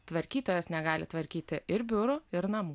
tvarkytojas negali tvarkyti ir biurų ir namų